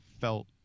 felt